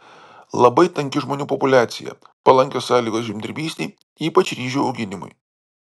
labai tanki žmonių populiacija palankios sąlygos žemdirbystei ypač ryžių auginimui